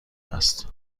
است